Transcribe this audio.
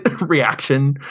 reaction